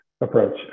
approach